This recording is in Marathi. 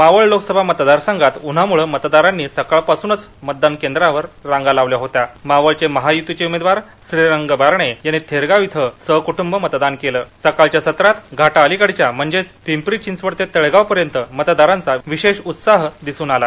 मावळ लोकसभा मतदारसंघात उन्हामुळे मतदारांनी सकाळपासूनच मतदान केंद्रांवर रांगा लावल्या होत्या मावळचे महायुतीचे उमेदवार श्रीरंग बारणे यांनी थेरगाव इथं सहकुट्ंब मतदान केलं सकाळच्या सत्रात घाटा अलीकडच्या म्हणजेच पिंपरी चिंचवड ते तळेगावपर्यंत मतदारांचा विशेष उत्साह दिसून आला